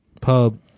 pub